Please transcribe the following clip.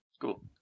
Cool